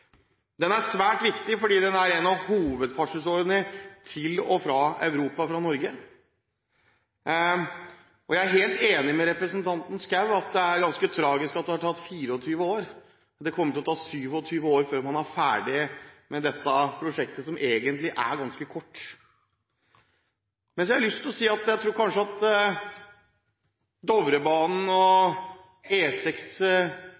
Den er svært viktig fordi den er en av hovedfartsårene fra Norge til Europa. Jeg er helt enig med representanten Schou i at det er ganske tragisk at det har tatt 24 år. Det kommer til å ta 27 år før man er ferdig med dette prosjektet som egentlig er ganske kort. Så har jeg lyst til å si at jeg tror kanskje Dovrebanen og E6 Minnesund er et godt eksempel på at